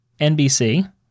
NBC